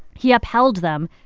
he upheld them.